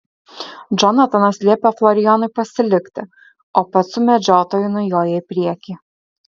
džonatanas liepia florijonui pasilikti o pats su medžiotoju nujoja į priekį